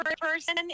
person